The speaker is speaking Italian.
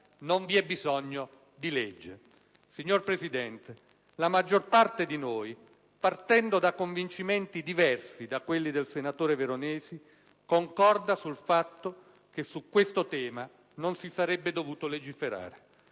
non vi è bisogno della legge. Signor Presidente, la maggior parte di noi, partendo da convincimenti diversi da quelli del senatore Veronesi, concorda sul fatto che su questo tema non si sarebbe dovuto legiferare.